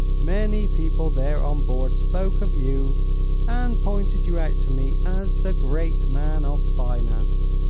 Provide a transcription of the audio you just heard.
many people there on board spoke of you and pointed you out to me as the great man of finance.